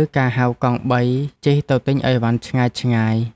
ឬការហៅកង់បីជិះទៅទិញអីវ៉ាន់ឆ្ងាយៗ។